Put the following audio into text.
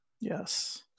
Yes